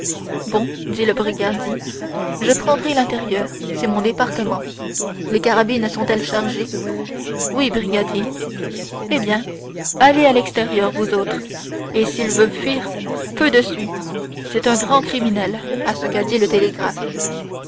bon dit le brigadier je prendrai l'intérieur c'est mon département les carabines sont-elles chargées oui brigadier eh bien veillez à l'extérieur vous autres et s'il veut fuir feu dessus c'est un grand criminel à ce que dit le télégraphe